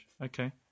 okay